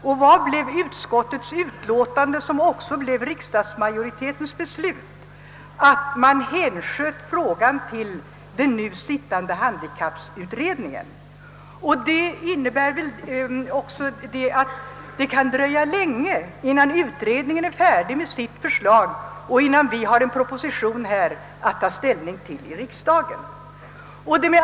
Riksdagen beslöt därvid i enlighet med utskottets hemställan att frågan skulle hänskjutas: till den nu sittande handikapputredningen. Det innebär att det kan dröja länge innan utredningen är färdig att framlägga sitt förslag och vi har en proposition att ta ställning till i riksdagen.